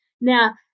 Now